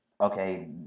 okay